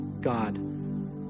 God